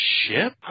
ship